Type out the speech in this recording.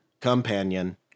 Companion